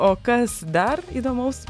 o kas dar įdomaus